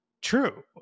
true